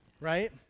right